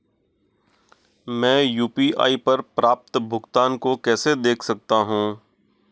मैं यू.पी.आई पर प्राप्त भुगतान को कैसे देख सकता हूं?